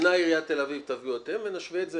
עיריית תל אביב, תביאו אתם, ונשווה את זה.